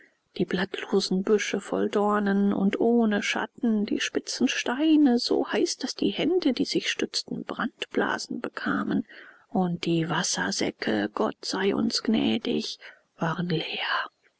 die blätterlosen büsche voll dornen und ohne schatten die spitzen steine so heiß daß die hände die sich stützten brandblasen bekamen und die wassersäcke gott sei uns gnädig waren leer